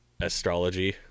astrology